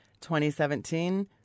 2017